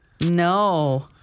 No